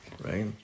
right